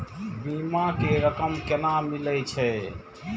बीमा के रकम केना मिले छै?